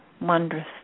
wondrous